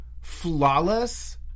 flawless